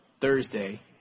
Thursday